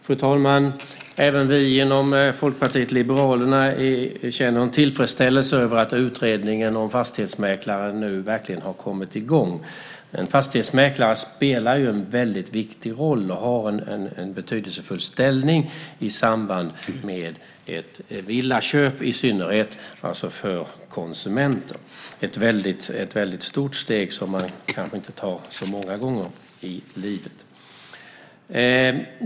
Fru talman! Även vi inom Folkpartiet liberalerna känner en tillfredsställelse över att utredningen om fastighetsmäklare nu verkligen har kommit i gång. Fastighetsmäklare spelar ju en viktig roll och har en betydelsefull ställning i samband med ett villaköp, i synnerhet för konsumenten. Det är ett stort steg som man kanske inte tar så många gånger i livet.